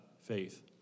faith